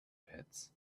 pits